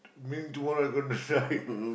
means tomorrow I gonna strike